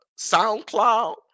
SoundCloud